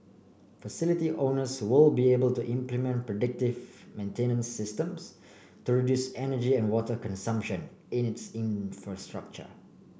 facility owners will be able to implement predictive maintenance systems to reduce energy and water consumption in its infrastructure